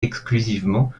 exclusivement